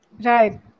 Right